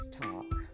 talk